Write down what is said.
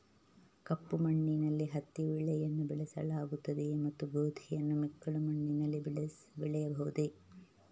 ಕಪ್ಪು ಮಣ್ಣಿನಲ್ಲಿ ಹತ್ತಿ ಬೆಳೆಯನ್ನು ಬೆಳೆಸಲಾಗುತ್ತದೆಯೇ ಮತ್ತು ಗೋಧಿಯನ್ನು ಮೆಕ್ಕಲು ಮಣ್ಣಿನಲ್ಲಿ ಬೆಳೆಯಬಹುದೇ?